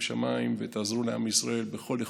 שמיים ותעזרו לעם ישראל ככל יכולתכם,